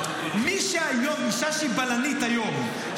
אישה שהיא בלנית היום,